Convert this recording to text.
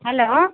hello